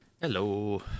hello